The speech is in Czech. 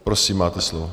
Prosím, máte slovo.